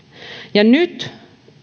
ja nyt